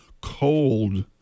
cold